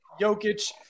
Jokic